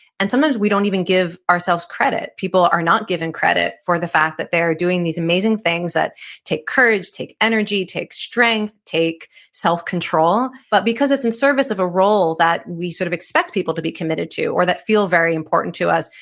and sometimes we don't even give ourselves credit. people are not given credit for the fact that they're doing these amazing things that take courage, take energy, take strength, take self-control, but because it's in service of a role that we sort of expect people to be committed to or that feel very important to us,